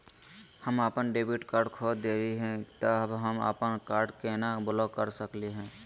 हम अपन debit card खो दे ही, त हम अप्पन कार्ड के केना ब्लॉक कर सकली हे?